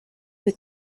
who